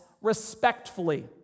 respectfully